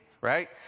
right